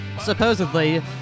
supposedly